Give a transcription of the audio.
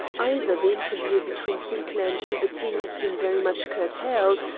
either the interview between sinclair and gilbertine had been very much curtailed,